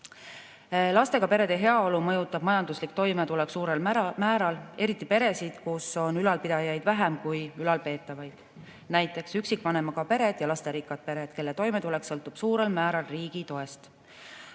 Lastega perede heaolu mõjutab majanduslik toimetulek suurel määral, eriti peresid, kus on ülalpidajaid vähem kui ülalpeetavaid, näiteks üksikvanemaga pered ja lasterikkad pered, kelle toimetulek sõltub suurel määral riigi toest.